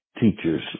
teacher's